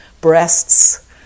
breasts